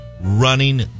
running